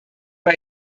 war